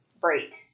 break